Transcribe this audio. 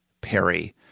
Perry